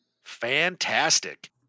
Fantastic